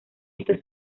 estos